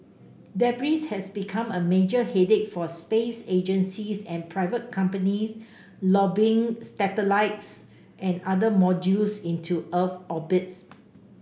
debris has become a major headache for space agencies and private companies lobbing satellites and other modules into Earth orbits